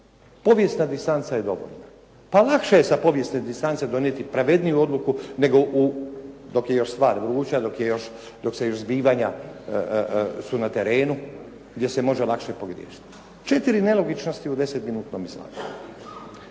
Povijesna distanca je dovoljna. Pa lakše je sa povijesne distance donijeti pravedniju odluku, nego dok je još stvar vruća, dok se još zbivanja su na terenu gdje se može lakše pogriješiti. Četiri nelogičnosti u deset minutnom izlaganju.